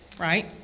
right